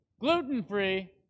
gluten-free